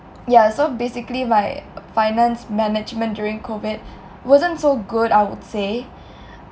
ya so basically my finance management during COVID wasn't so good I would say